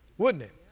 wouldn't it?